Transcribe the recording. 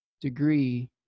degree